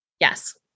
Yes